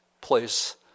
place